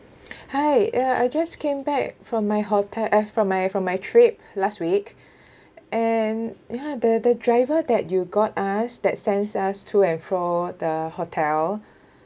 hi uh I just came back from my hotel uh from my from my trip last week and ya the the driver that you got us that sent us to and from the hotel